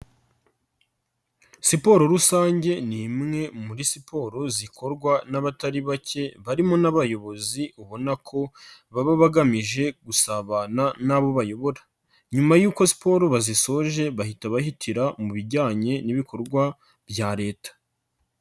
Siporo rusange ni imwe muri siporo zikorwa n'abatari bake, barimo n'abayobozi ubona ko baba bagamije gusabana n'abo bayobora. Nyuma yuko siporo bazisoje, bahita bahitira mu bijyanye n'ibikorwa bya leta.